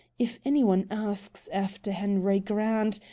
if any one asks after henry grant,